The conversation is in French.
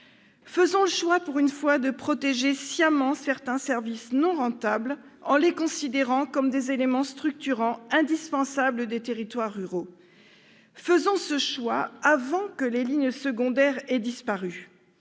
Faisons le choix, pour une fois, de protéger sciemment certains services « non rentables », en les considérant comme des éléments structurants indispensables des territoires ruraux. Faisons ce choix avant que les lignes secondaires n'aient disparu